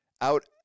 out